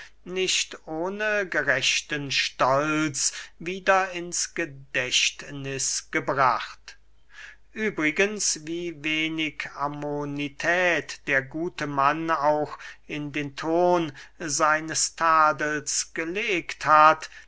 nicht ohne gerechten stolz wieder ins gedächtniß gebracht übrigens wie wenig amönität der gute mann auch in den ton seines tadels gelegt hat